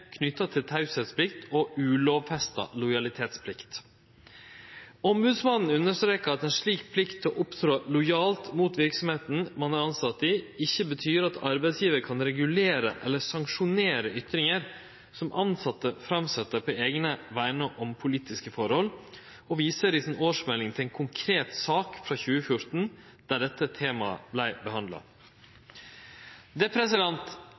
knytte til teieplikt og ulovfesta lojalitetsplikt. Sivilombodsmannen understrekar at ei slik plikt til å opptre lojalt mot verksemda ein er tilsett i, ikkje betyr at arbeidsgjevaren kan regulere eller sanksjonere ytringar som tilsette kjem med på eigne vegner om politiske forhold, og viser i årsmeldinga til ei konkret sak frå 2014, der dette temaet vart behandla. Det